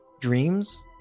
dreams